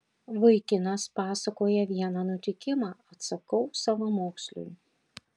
vaikinas pasakoja vieną nutikimą atsakau savamoksliui